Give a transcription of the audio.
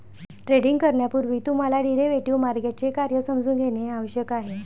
trading करण्यापूर्वी तुम्हाला derivative मार्केटचे कार्य समजून घेणे आवश्यक आहे